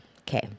Okay